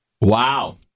Wow